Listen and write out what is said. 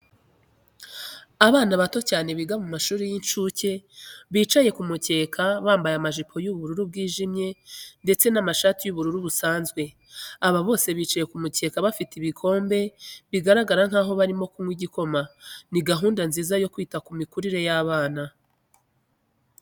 Abana bato cyane biga mu mashuri y'inshuke bicaye ku mukeka, bambaye amajipo y'ubururu bwijimye ndetse n'amashati y'ubururu busanzwe. Aba bose bicaye ku mukeka bafite ibikombe bigaragara nkaho bari kunywa igikoma. Ni gahunda nziza yo kwita ku mikurire y'abana.